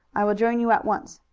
i will join you at once.